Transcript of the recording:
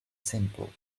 simple